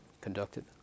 conducted